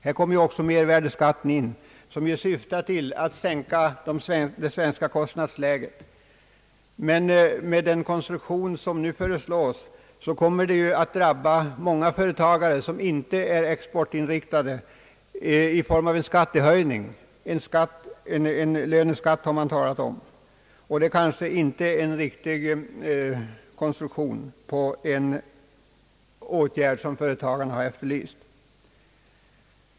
Här kommer också mervärdeskatten in, som syftar till att sänka det svenska kostnadsläget. Men med den konstruktion som nu föreslås, kommer det att drabba många företagare som inte är exportinrikiade i form av en skattehöjning — en löneskatt har man talat om. Det kanske inte är en riktig konstruktion på en åtgärd som företagarna har efterlyst.